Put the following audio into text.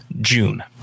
June